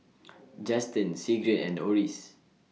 Justen Sigrid and Oris